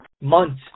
months